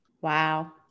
wow